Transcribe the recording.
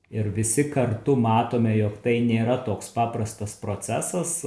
ir visi kartu matome jog tai nėra toks paprastas procesas